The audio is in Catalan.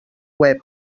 web